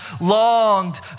longed